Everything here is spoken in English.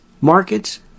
markets